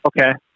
Okay